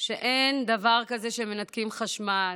שאין דבר כזה שמנתקים חשמל,